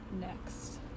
next